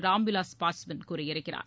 ராம் விலாஸ் பாஸ்வான் கூறியிருக்கிறார்